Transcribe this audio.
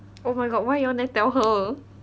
oh my god why you all never tell her